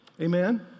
Amen